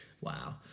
Wow